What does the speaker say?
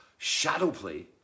Shadowplay